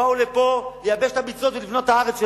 באו לפה לייבש את הביצות ולבנות את הארץ שלהם.